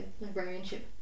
librarianship